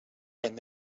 him